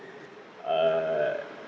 uh